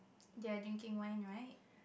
they are drinking wine right